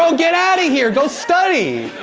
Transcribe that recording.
so get out of here, go study.